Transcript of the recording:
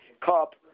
cup